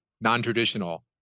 non-traditional